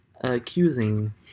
Accusing